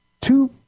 two